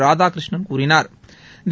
ராதாகிருஷ்ணன் கூறினாா்